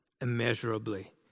immeasurably